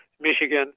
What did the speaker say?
michigan